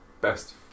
best